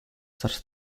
such